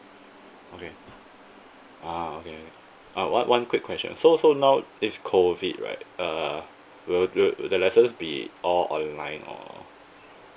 okay ah okay uh one one quick question so so now this COVID right uh will will the lessons be all online or